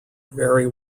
very